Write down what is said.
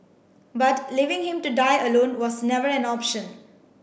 but leaving him to die alone was never an option